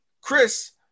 Chris